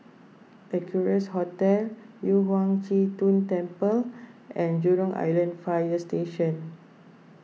Equarius Hotel Yu Huang Zhi Zun Temple and Jurong Island Fire Station